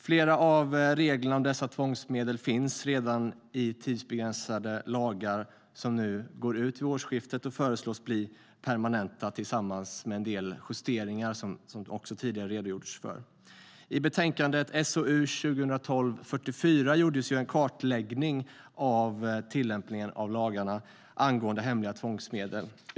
Flera av reglerna om dessa tvångsmedel finns redan i tidsbegränsade lagar. De går ut vid årsskiftet och föreslås bli permanenta, tillsammans med en del justeringar som det tidigare har redogjorts för. I betänkande SOU 2012:44 gjordes en kartläggning av tillämpningen av lagarna angående hemliga tvångsmedel.